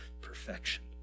perfection